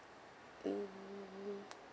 mm